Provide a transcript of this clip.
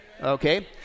okay